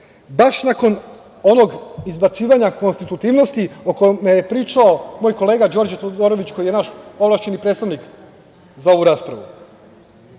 baš nakon onog izbacivanja konstitutivnosti, o kome je pričao moj kolega Đorđe Todorović, koji je naš ovlašćeni predstavnik za ovu raspravu,